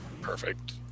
perfect